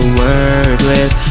worthless